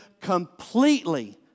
completely